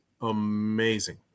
amazing